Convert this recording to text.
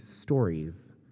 stories